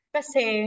Kasi